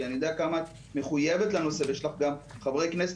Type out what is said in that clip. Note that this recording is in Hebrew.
כי אני יודע כמה את מחויבת לנושא הזה ויש לך חברי כנסת